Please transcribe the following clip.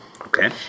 Okay